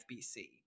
FBC